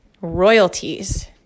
royalties